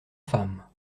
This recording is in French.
femmes